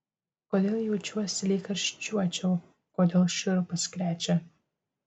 kodėl jaučiuosi lyg karščiuočiau kodėl šiurpas krečia